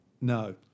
No